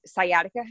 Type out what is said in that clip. sciatica